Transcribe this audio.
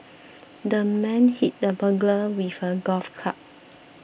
the man hit the burglar with a golf club